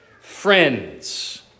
friends